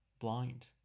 blind